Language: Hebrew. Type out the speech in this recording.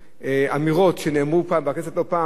אמירות שנאמרו כאן בכנסת לא פעם,